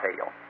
fail